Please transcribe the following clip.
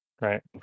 Right